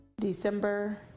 December